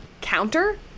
Counter